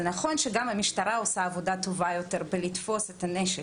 זה נכון שגם המשטרה עושה עבודה טובה יותר בלתפוס את הנשק,